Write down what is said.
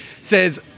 says